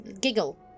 giggle